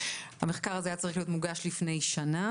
המחקר הזה היה צריך להיות מוגש לפני שנה